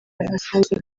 asanzwe